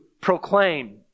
proclaim